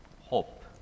hope